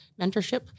mentorship